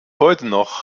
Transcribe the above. noch